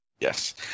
Yes